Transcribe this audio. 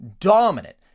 dominant